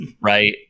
Right